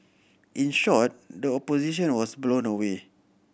in short the opposition was blown away